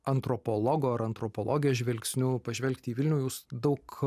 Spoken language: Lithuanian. antropologo ar antropologijos žvilgsniu pažvelgti į vilnių jūs daug